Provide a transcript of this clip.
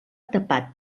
tapat